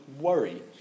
worry